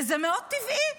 וזה מאוד טבעי.